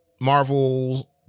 Marvel